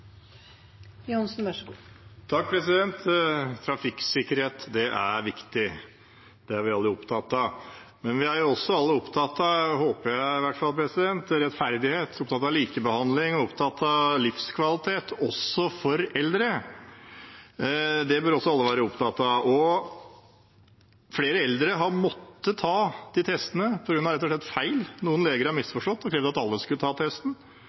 Trafikksikkerhet er viktig. Det er vi alle opptatt av. Men vi er også alle opptatt av – det håper jeg i hvert fall – rettferdighet, likebehandling og livskvalitet, også for eldre. Det bør også alle være opptatt av. Flere eldre har måttet ta de testene på grunn av feil, rett og slett. Noen leger har misforstått og krevd at alle skal ta testen,